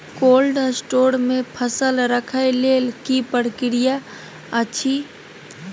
Cold store मे फसल रखय लेल की प्रक्रिया अछि?